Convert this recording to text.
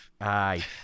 Aye